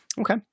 Okay